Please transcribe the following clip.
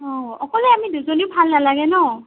অঁ অকলে আমি দুজনীও ভাল নালাগে ন'